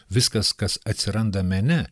viskas kas atsiranda mene